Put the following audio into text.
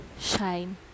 shine